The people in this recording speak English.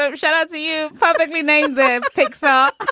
um shout out to you publicly. name their picks up